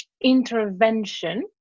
intervention